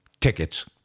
tickets